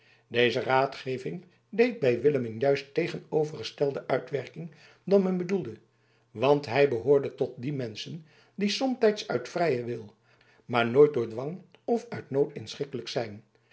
deze raadgeving deed bij willem een juist tegenovergestelde uitwerking dan men bedoelde want hij behoorde tot die menschen die somtijds uit vrijen wil maar nooit door dwang of uit nood inschikkelijk zijn